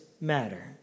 matter